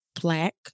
Black